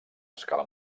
escala